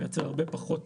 מייצר הרבה פחות